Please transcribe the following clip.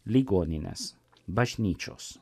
ligoninės bažnyčios